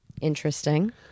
Interesting